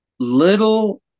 Little